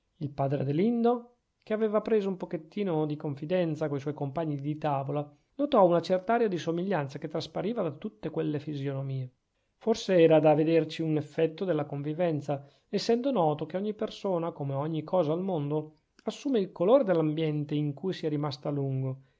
il padre adelindo che aveva preso un pochettino di confidenza co suoi compagni di tavola notò una cert'aria di somiglianza che traspariva da tutte quelle fisonomie forse era da vederci un effetto della convivenza essendo noto che ogni persona come ogni cosa al mondo assume il colore dell'ambiente in cui sia rimasta a lungo